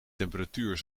temperatuur